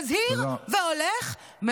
מזהיר והולך,